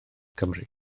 cymru